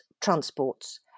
transports